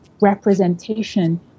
representation